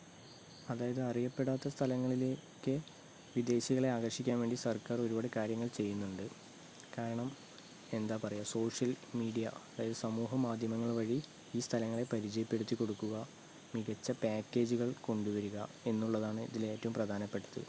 അതായത് അറിയപ്പെടാത്ത സ്ഥലങ്ങളിലേക്കൊക്കെ വിദേശികളെ ആകർഷിക്കാൻ വേണ്ടി സർക്കാർ ഒരുപാട് കാര്യങ്ങൾ ചെയ്യുന്നുണ്ട് കാരണം എന്താ പറയുക സോഷ്യൽ മീഡിയ അതായത് സമൂഹ മാധ്യമങ്ങൾ വഴി ഈ സ്ഥലങ്ങളെ പരിചയപ്പെടുത്തി കൊടുക്കുക മികച്ച പേക്കേജുകൾ കൊണ്ടു വരിക എന്നുള്ളതാണ് ഇതിൽ ഏറ്റവും പ്രധാനപ്പെട്ടത്